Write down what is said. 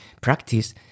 practice